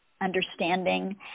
understanding